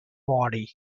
body